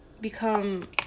become